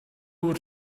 would